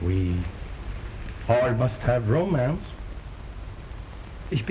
we must have romance